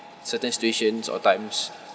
certain situations or times